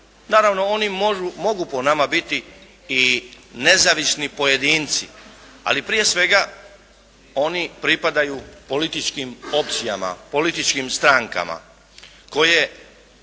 Naravno oni mogu po nama biti i nezavisni pojedinci, ali prije svega oni pripadaju političkim opcijama, političkim strankama koje